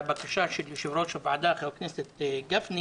הבקשה של יושב-ראש הוועדה, חבר הכנסת גפני